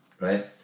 right